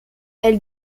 elle